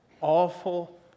awful